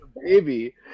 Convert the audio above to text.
baby